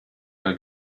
mal